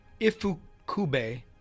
Ifukube